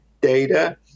data